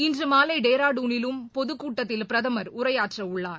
இன்று மாலை டெஹ்ராடூனிலும் பொதுக்கூட்டத்தில் பிரதமர் உரையாற்றவுள்ளார்